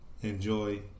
Enjoy